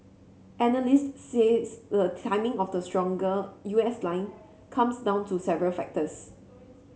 analysts says the timing of the stronger U S line comes down to several factors